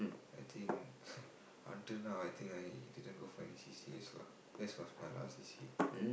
I think until now I think I didn't go for any C_C_As lah that was my last C_C_A